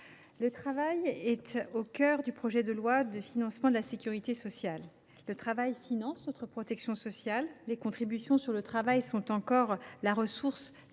le travail est au cœur du projet de loi de financement de la sécurité sociale. Le travail finance notre protection sociale : les contributions sur le travail sont encore la ressource